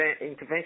intervention